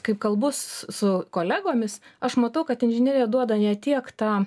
kaip kalbu su su kolegomis aš matau kad inžinerija duoda ne tiek tą